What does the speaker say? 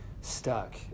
stuck